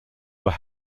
were